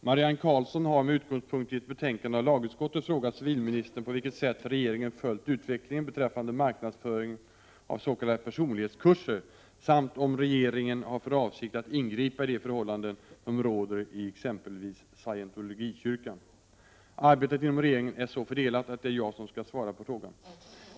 Herr talman! Marianne Karlsson har, med utgångspunkt i ett betänkande av lagutskottet, frågat civilministern på vilket sätt regeringen följt utvecklingen beträffande marknadsföringen av s.k. personlighetskurser samt om regeringen har för avsikt att ingripa i de förhållanden som råder i exempelvis scientologikyrkan. Arbetet inom regeringen är så fördelat att det är jag som skall svara på frågan.